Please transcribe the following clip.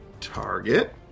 target